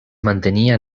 mantenia